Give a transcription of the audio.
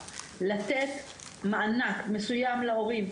לתת מענק מסוים להורים,